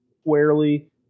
squarely